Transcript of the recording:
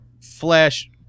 flash